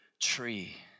tree